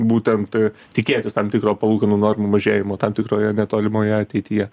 būtent tikėtis tam tikro palūkanų normų mažėjimo tam tikroje netolimoje ateityje